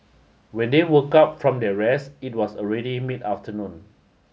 when they woke up from their rest it was already mid afternoon